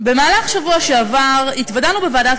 במהלך השבוע שעבר התוודענו בוועדת